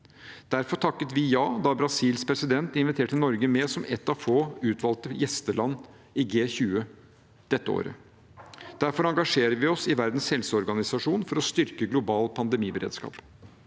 Derfor takket vi ja da Brasils president inviterte Norge med som ett av få utvalgte gjesteland i G20 dette året. Derfor engasjerer vi oss i Verdens helseorganisasjon for å styrke global pandemiberedskap,